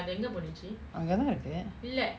அங்கதா இருக்கு:angatha iruku